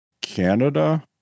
Canada